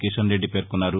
కీషన్రెడ్డి పేర్కొన్నారు